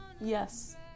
Yes